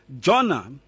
Jonah